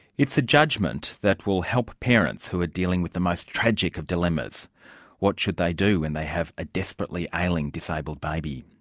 it's a judgment that will help parents who are dealing with the most tragic of dilemmas what should they do when and they have a desperately ailing, disabled baby?